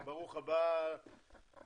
בסופו של דבר כולנו הבנו כבר בתחילת הדרך